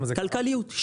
כלכליות.